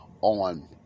on